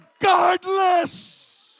regardless